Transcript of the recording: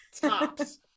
Tops